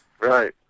Right